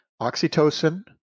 oxytocin